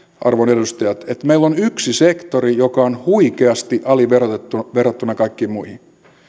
arvon edustajat että meillä on yksi sektori joka on huikeasti aliverotettu verrattuna kaikkiin muihin